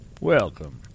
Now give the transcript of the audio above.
Welcome